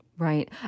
Right